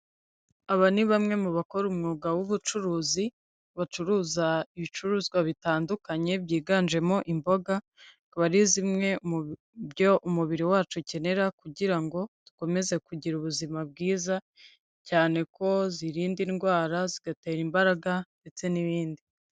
Aba ni bamwe mu bakora umwuga w'ubucuruzi, bacuruza ibicuruzwa bitandukanye byiganjemo imboga, akaba ari zimwe mu byo umubiri wacu ukenera kugira ngo dukomeze kugira ubuzima bwiza, cyane ko zirinda indwara zigatera imbaraga ndetse n'ibindi.